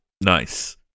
Nice